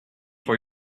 for